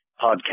podcast